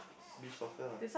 beach soccer lah